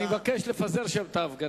אני מבקש לפזר שם את ההפגנה.